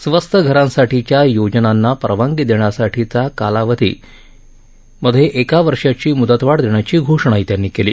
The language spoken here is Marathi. स्वस्त घरांसाठीच्या योजनांना परवानगी देण्यासाठीचा कालावधीसा एका वर्षाची मुदतवाढ देण्याची घोषणाही त्यांनी केली